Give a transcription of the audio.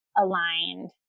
aligned